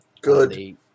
Good